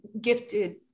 gifted